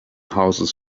houses